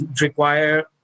require